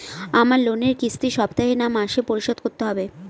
আমার লোনের কিস্তি সপ্তাহে না মাসে পরিশোধ করতে হবে?